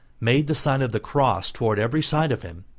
made the sign of the cross towards every side of him,